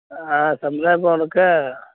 ಆ ಸಮುದಾಯ ಭವ್ನಕ್ಕೆ